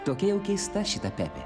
tokia jau keista šita pepė